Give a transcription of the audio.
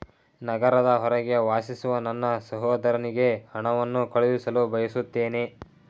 ನಗರದ ಹೊರಗೆ ವಾಸಿಸುವ ನನ್ನ ಸಹೋದರನಿಗೆ ಹಣವನ್ನು ಕಳುಹಿಸಲು ಬಯಸುತ್ತೇನೆ